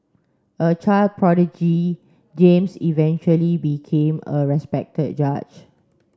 a child prodigy James eventually became a respected judge